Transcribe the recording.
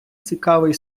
цікавий